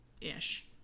Ish